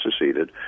seceded